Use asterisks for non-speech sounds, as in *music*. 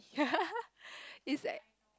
*laughs* it's at